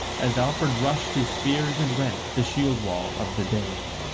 as alfred rushed his spears and rent the shield-wall of the danes.